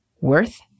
worth